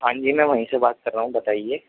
ہاں جی میں وہیں سے بات کر رہا ہوں بتائیے